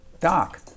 Doc